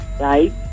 right